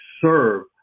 serve